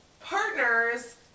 partners